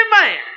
man